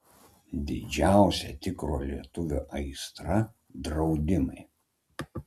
didžiausia tikro lietuvio aistra draudimai